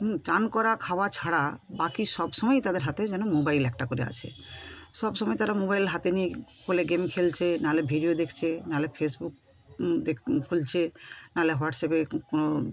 স্নান করা খাওয়া ছাড়া বাকি সব সময়েই তাদের হাতে যেন মোবাইল একটা করে আছে সব সময়ে তারা মোবাইল হাতে নিয়ে হলে গেম খেলছে নাহলে ভিডিয়ো দেখছে নাহলে ফেসবুক দেখ খুলছে নাহলে হোয়াটসঅ্যাপে কোনো